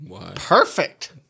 Perfect